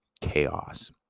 chaos